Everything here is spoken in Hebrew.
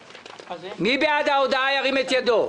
מי בעד הבקשה, ירים את ידו.